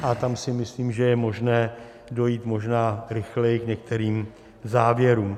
A tam si myslím, že je možné dojít možná rychleji k některým závěrům.